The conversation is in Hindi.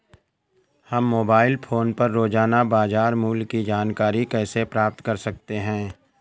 हम मोबाइल फोन पर रोजाना बाजार मूल्य की जानकारी कैसे प्राप्त कर सकते हैं?